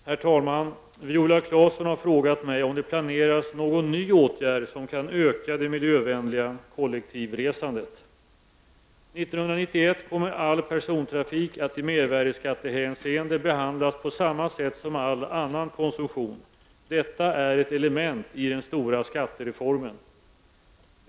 Herr talman! Viola Claesson har frågat mig om det planeras någon ny åtgärd som kan öka det miljövänliga kollektivresandet. 1991 kommer all persontrafik att i mervärdeskattehänseende behandlas på samma sätt som all annan konsumtion. Detta är ett element i den stora skattereformen.